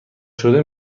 شده